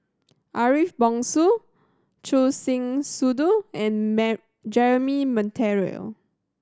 Ariff Bongso Choor Singh Sidhu and Jeremy Monteiro